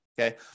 okay